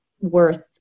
worth